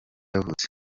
yavutse